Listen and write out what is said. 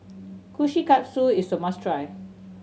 kushikatsu is a must try